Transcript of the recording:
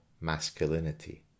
masculinity